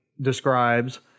describes